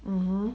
(uh huh)